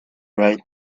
right